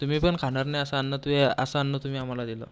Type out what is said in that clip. तुम्ही पण खाणार नाही असं अन्न तुया असं अन्न तुम्ही आम्हाला दिलं